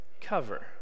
Cover